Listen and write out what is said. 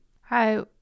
Hi